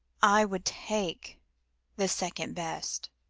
i would take the second best.